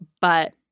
But-